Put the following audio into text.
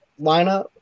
lineup